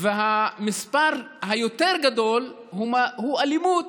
המספר היותר-גדול הוא אלימות,